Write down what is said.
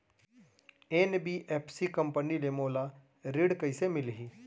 NBFC company ले मोला ऋण कइसे मिलही?